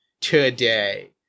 today